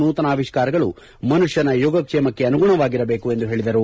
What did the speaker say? ನೂತನ ಅವಿಷ್ಕಾರಗಳು ಮನುಷ್ಠನ ಯೋಗಕ್ಷೇಮಕ್ಕೆ ಅನುಗುಣವಾಗಿರಬೇಕು ಎಂದು ಹೇಳಿದರು